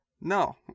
No